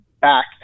back